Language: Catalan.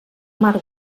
mar